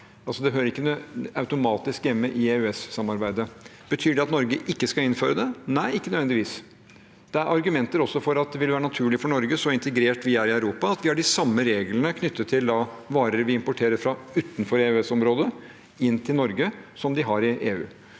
Det hører ikke automatisk hjemme i EØS-samarbeidet. Betyr det at Norge ikke skal innføre det? Nei, ikke nødvendigvis. Det er argumenter også for at det vil være naturlig for Norge, så integrert som vi er i Europa, at vi har de samme reglene knyttet til varer vi importerer fra utenfor EØS-området og inn til Norge, som de har i EU.